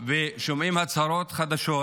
ושומעים הצהרות חדשות